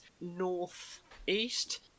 north-east